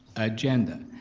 agenda.